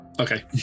Okay